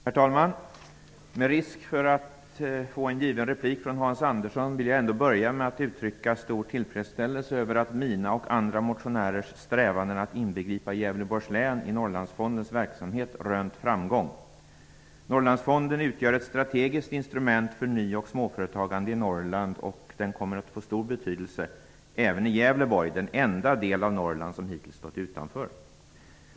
Herr talman! Med risk för att få en given replik från Hans Andersson vill jag ändå börja med att uttrycka min stora tillfredsställelse över att mina och andra motionärers strävanden att inbegripa Gävleborgs län i området för Norrlandsfondens verksamhet rönt framgång. Norrlandsfonden utgör ett strategiskt instrument för ny och småföretagande i Norrland. Den kommer att få stor betydelse även i Gävleborg, den enda del av Norrland som hittills stått utanför.